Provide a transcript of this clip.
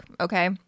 okay